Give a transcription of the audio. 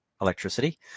electricity